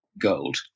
gold